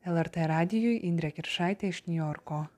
lrt radijui indrė kiršaitė iš niujorko